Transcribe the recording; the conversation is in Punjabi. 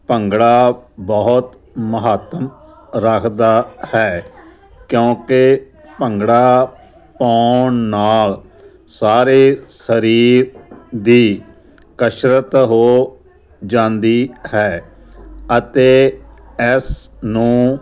ਭੰਗੜਾ ਬਹੁਤ ਮਹੱਤਵ ਰੱਖਦਾ ਹੈ ਕਿਉਂਕਿ ਭੰਗੜਾ ਪਾਉਣ ਨਾਲ ਸਾਰੇ ਸਰੀਰ ਦੀ ਕਸਰਤ ਹੋ ਜਾਂਦੀ ਹੈ ਅਤੇ ਇਸ ਨੂੰ